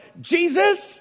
Jesus